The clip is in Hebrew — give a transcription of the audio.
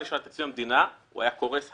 נשען על תקציב המדינה הוא היה קורס היום.